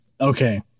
Okay